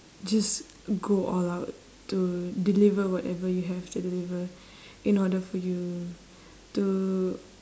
just go all out to deliver whatever you have to deliver in order for you to